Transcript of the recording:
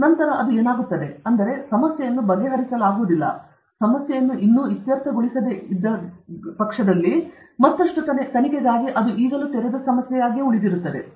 ನಂತರ ಅದು ಏನಾಗುತ್ತದೆ ಅಂದರೆ ಸಮಸ್ಯೆಯನ್ನು ಬಗೆಹರಿಸಲಾಗುವುದಿಲ್ಲ ಸಮಸ್ಯೆಯನ್ನು ಇನ್ನೂ ಇತ್ಯರ್ಥಗೊಳಿಸದಿದ್ದಲ್ಲಿ ಮತ್ತಷ್ಟು ತನಿಖೆಗಾಗಿ ಇದು ಈಗಲೂ ತೆರೆದ ಸಮಸ್ಯೆಯಾಗಿದೆ